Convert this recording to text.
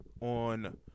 on